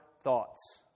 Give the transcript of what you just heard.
thoughts